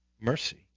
mercy